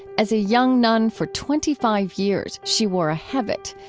as a young nun, for twenty five years she wore a habit,